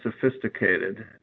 sophisticated